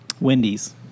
Wendy's